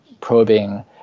probing